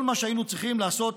כל מה שהיינו צריכים לעשות,